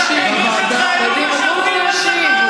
לא לשכוח את איאד ולא לשכוח את הסקטורים המוחלשים שזקוקים לנו.